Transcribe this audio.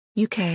UK